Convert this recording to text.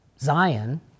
Zion